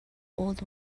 old